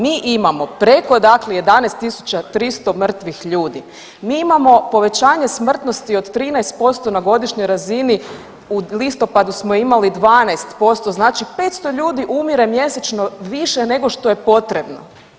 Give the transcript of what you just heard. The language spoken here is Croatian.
Mi imamo preko dakle 11.300 mrtvih ljudi, mi imamo povećanje smrtnosti od 13% na godišnjoj razini u listopadu smo imali 12%, znači 500 ljudi umire mjesečno više nego što je potrebno.